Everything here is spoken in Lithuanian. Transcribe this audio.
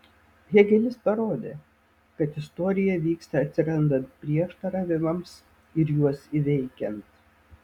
hėgelis parodė kad istorija vyksta atsirandant prieštaravimams ir juos įveikiant